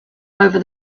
over